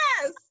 Yes